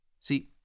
See